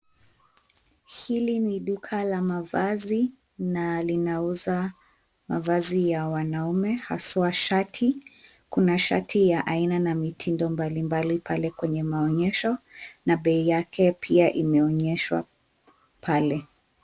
Hili ni duka la mavazi na linauza mavazi ya wanaume haswa shati. Kuna shati ya aina na mitindo mbalimbali pale kwenye maonyesho na bei yake pia imeonyeshwa pale.